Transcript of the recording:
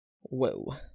whoa